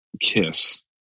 Kiss